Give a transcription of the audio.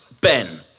Ben